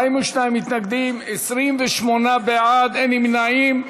42 נגד, 28 בעד, אין נמנעים.